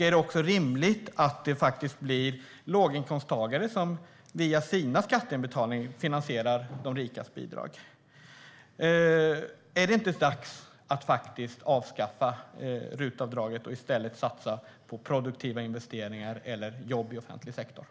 Är det rimligt att det blir låginkomsttagare som via sina skatteinbetalningar finansierar de rikas bidrag? Är det inte dags att avskaffa RUT-avdraget och i stället satsa på produktiva investeringar eller jobb i offentlig sektor?